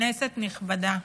כנסת נכבדה,